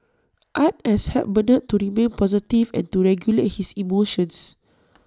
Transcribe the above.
art has helped Bernard to remain positive and to regulate his emotions